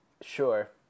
Sure